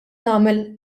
tagħmel